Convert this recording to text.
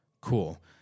cool